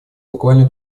буквально